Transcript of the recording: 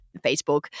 Facebook